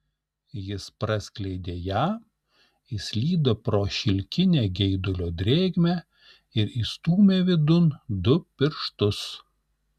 jis praskleidė ją įslydo pro šilkinę geidulio drėgmę ir įstūmė vidun du pirštus